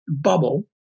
bubble